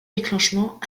déclenchement